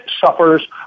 suffers